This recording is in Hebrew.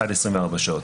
עד 24 שעות.